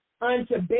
unto